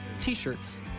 T-shirts